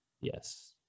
yes